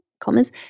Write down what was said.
commas